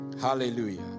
Hallelujah